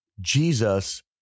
Jesus